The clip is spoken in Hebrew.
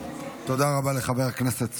תודה רבה לחבר הכנסת סוכות.